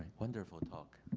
wonderful and talk,